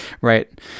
right